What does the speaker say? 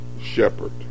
shepherd